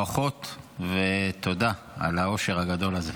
ברכות ותודה על האושר הגדול הזה.